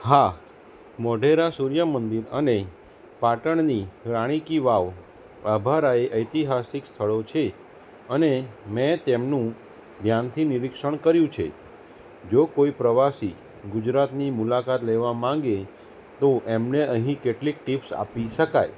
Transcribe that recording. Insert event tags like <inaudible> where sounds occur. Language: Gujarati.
હા મોઢેરા સૂર્યમંદિર અને પાટણની રાણી કી વાવ <unintelligible> ઐતિહાસિક સ્થળો છે અને મેં તેમનું ધ્યાનથી નિરીક્ષણ કર્યું છે જો કોઈ પ્રવાસી ગુજરાતની મુલાકાત લેવા માંગે તો એમને અહીં કેટલીક ટિપ્સ આપી શકાય